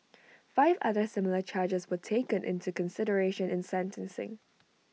five other similar charges were taken into consideration in sentencing